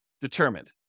determined